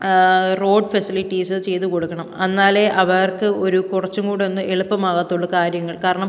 road facilities ചെയ്തു കൊടുക്കണം എന്നാലേ അവർക്ക് ഒരു കുറച്ചും കൂടെ ഒന്ന് എളുപ്പമാകത്തുള്ളൂ കാര്യങ്ങൾ കാരണം